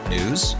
News